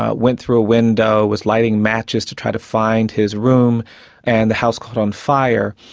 ah went through a window, was lighting matches to try to find his room and the house caught on fire,